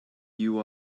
you